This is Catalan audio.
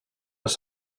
les